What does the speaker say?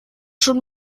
schon